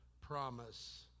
promise